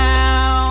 Now